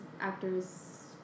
actors